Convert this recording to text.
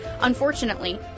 unfortunately